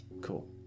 Cool